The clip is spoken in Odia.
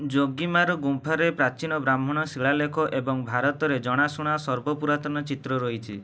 ଯୋଗିମାରା ଗୁମ୍ଫାରେ ପ୍ରାଚୀନ ବ୍ରାହ୍ମଣ ଶିଳାଲେଖ ଏବଂ ଭାରତରେ ଜଣାଶୁଣା ସର୍ବପୁରାତନ ଚିତ୍ର ରହିଛି